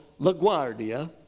LaGuardia